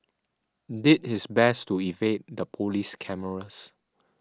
did his best to evade the police cameras